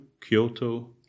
Kyoto